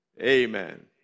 Amen